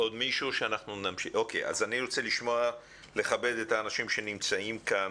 אני רוצה לכבד את האנשים שנמצאים כאן.